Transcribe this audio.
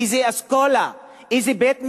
לפי איזו אסכולה, איזה בית-מדרש?